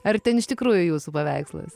ar ten iš tikrųjų jūsų paveikslas